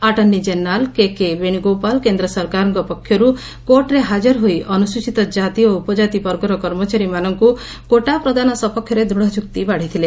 attorney general K K Venugopal କେନ୍ଦ୍ର ସରକାରଙ୍କ ପକ୍ଷରୁ କୋର୍ଟରେ ହାଜର ହୋଇ ଅନୁସ୍ଚିତ କାତି ଓ ଉପଜାତି ବର୍ଗର କର୍ମଚାରୀମାନଙ୍କୁ କୋଟା ପ୍ରଦାନ ସପକ୍ଷରେ ଦୂଢ଼ ଯୁକ୍ତି ବାଢ଼ିଥିଲେ